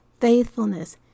faithfulness